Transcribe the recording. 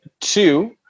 two